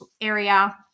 area